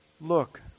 Look